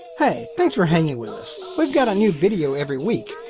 hey, thanks for hanging with us. we've got a new video every week,